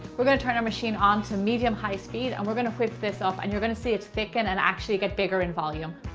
we're going to turn the machine on to medium-high speed and we're going to whip this up and you're going to see it thicken and actually get bigger in volume.